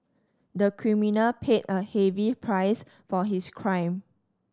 the criminal paid a heavy price for his crime